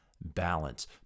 balance